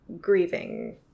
grieving